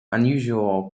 unusual